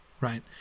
Right